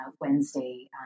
Wednesday